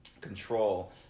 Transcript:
control